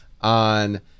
on